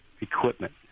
equipment